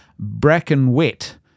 Brackenwet